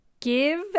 Give